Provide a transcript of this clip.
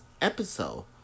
episode